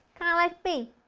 kinda like me!